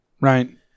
Right